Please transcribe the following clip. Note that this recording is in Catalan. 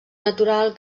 natural